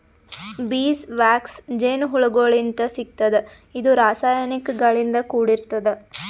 ಬೀಸ್ wax ಜೇನಹುಳಗೋಳಿಂತ್ ಸಿಗ್ತದ್ ಇದು ರಾಸಾಯನಿಕ್ ಗಳಿಂದ್ ಕೂಡಿರ್ತದ